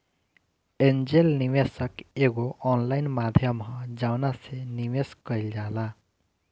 angel निवेशक एगो online माध्यम ह जवना से निवेश कईल जाला